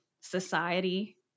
society